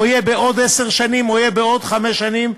יהיה בעוד עשר שנים או יהיה בעוד חמש שנים,